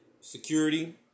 security